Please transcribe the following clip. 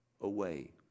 away